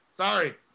Sorry